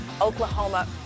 Oklahoma